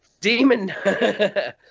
Demon